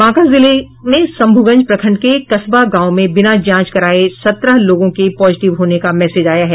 बांका जिले में शम्भूगंज प्रखंड के कसबा गांव में बिना जांच कराये सत्रह लोगों के पॉजिटिव होने का मैसेज आया है